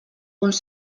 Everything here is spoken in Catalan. uns